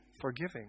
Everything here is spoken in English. forgiving